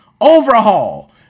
overhaul